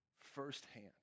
firsthand